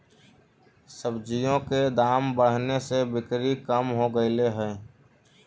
सब्जियों के दाम बढ़ने से बिक्री कम हो गईले हई